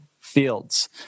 Fields